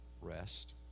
rest